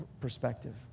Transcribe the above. perspective